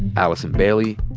allison bailey,